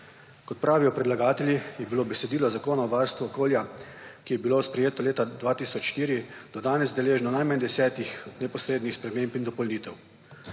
Kot pravijo predlagatelji, je bilo besedilo Zakona o varstvu okolja, ki je bilo sprejeto leta 2004, do danes deležno najmanj desetih neposrednih sprememb in dopolnitev.